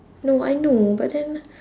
no I know but then